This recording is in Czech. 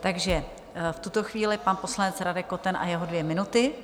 Takže v tuto chvíli pan poslanec Radek Koten a jeho dvě minuty.